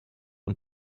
und